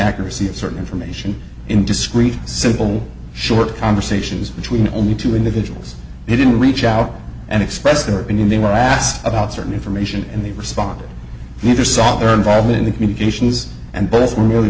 accuracy of certain information in discrete simple short conversations between only two individuals they didn't reach out and express their opinion they were asked about certain information and they responded neither saw their involvement in the communications and both were merely